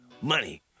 money